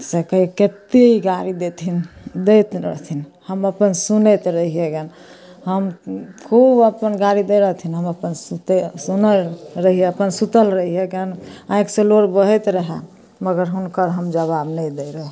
से कहियै कते इ गारि देथिन दैत रहथिन हम अपन सुनैत रहियै गऽ हम खूब अपन गारि दैत रहथिन हम सुनय रहियै अपन सुतल रहियै आँखिसँ नोर बहैत रहय मगर हुनकर हम जबाव नहि दैत रहियनि